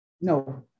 No